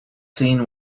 scene